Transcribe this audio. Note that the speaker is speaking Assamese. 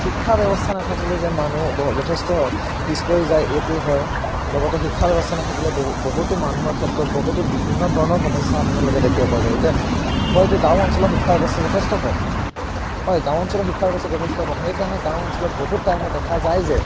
শিক্ষা ব্যৱস্থা নাথাকিলেই যে মানুহ যথেষ্ট পিছ পৰি যায় এইটো হয় লগতে শিক্ষা ব্যৱস্থা নাথাকিলে বহু বহুতো মানুহৰ ক্ষেত্ৰত বহুতো বিভিন্ন ধৰণৰ সমস্যা আপোনালোকে দেখিব পৰা যায় এতিয়া হয়টো গাঁও অঞ্চলৰ শিক্ষা ব্যৱস্থা যথেষ্ট কম হয় গাঁও অঞ্চলৰ শিক্ষা ব্যৱস্থা যথেষ্ট কম সেইকাৰণে গাঁও অঞ্চলত বহুত টাইমত দেখা যায় যে